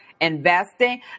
investing